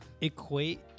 equate